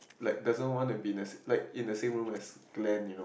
like doesn't want to the like in the same room as Glen you know